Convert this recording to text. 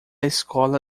escola